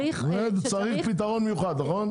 צריך פתרון מיוחד נכון?